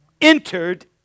entered